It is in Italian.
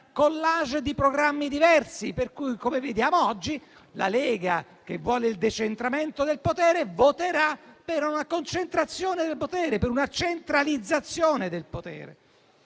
collage di programmi diversi, per cui, come vediamo oggi, la Lega, che vuole il decentramento del potere, voterà per una concentrazione del potere e per una centralizzazione del potere.